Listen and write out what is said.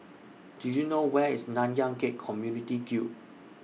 Do YOU know Where IS Nanyang Khek Community Guild